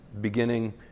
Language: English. Beginning